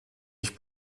ich